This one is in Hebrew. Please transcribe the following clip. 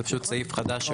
זה סעיף חדש.